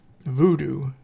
voodoo